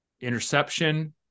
Interception